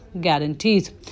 guarantees